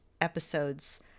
episodes